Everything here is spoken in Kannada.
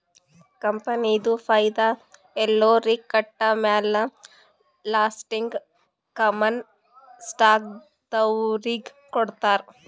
ಕಂಪನಿದು ಫೈದಾ ಎಲ್ಲೊರಿಗ್ ಕೊಟ್ಟಮ್ಯಾಲ ಲಾಸ್ಟೀಗಿ ಕಾಮನ್ ಸ್ಟಾಕ್ದವ್ರಿಗ್ ಕೊಡ್ತಾರ್